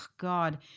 God